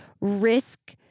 risk